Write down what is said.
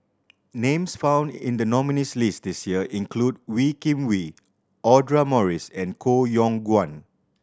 names found in the nominees' list this year include Wee Kim Wee Audra Morrice and Koh Yong Guan